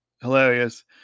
hilarious